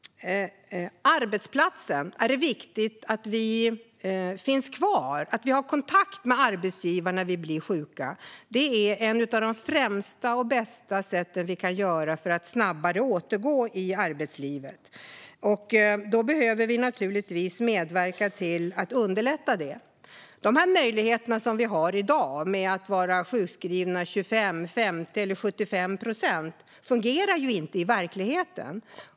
Det är viktigt att man finns kvar på arbetsplatsen och att man har kontakt med arbetsgivaren när man blir sjuk. Det är ett av de främsta sätten och något av det bästa för att man snabbare ska kunna återgå till arbetslivet. Då måste man här naturligtvis medverka till att underlätta för detta. De möjligheter man i dag har att vara sjukskriven 25, 50 eller 75 procent fungerar inte i verkligheten.